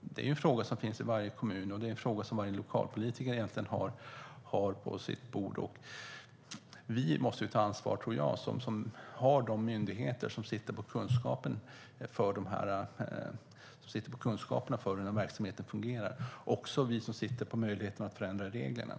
det är en fråga som finns i varje kommun, och det är en fråga som egentligen varje lokalpolitiker har på sitt bord. Vi måste ta ansvar, vi som har de myndigheter som sitter på kunskapen om hur verksamheten fungerar, men även vi som sitter på möjligheten att förändra reglerna.